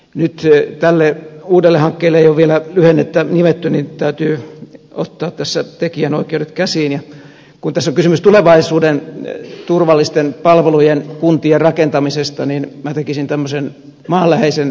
nyt kun tälle uudelle hankkeelle ei ole vielä lyhennettä nimetty niin täytyy ottaa tässä tekijänoikeudet käsiin ja kun tässä on kysymys tulevaisuuden turvallisten palvelujen kuntien rakentamisesta niin minä tekisin näille tämmöisen maanläheisen lyhenteen kuin tupa